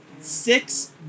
six